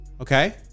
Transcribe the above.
Okay